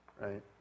right